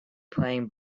playing